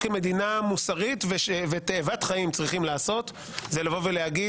כמדינה מוסרית ותאבת חיים צריכים לעשות זה להגיד: